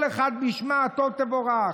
כל אחת בשמה הטוב תבורך.